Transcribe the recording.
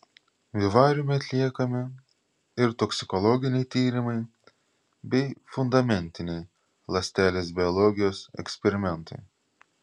vivariume atliekami ir toksikologiniai tyrimai bei fundamentiniai ląstelės biologijos eksperimentai